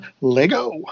Lego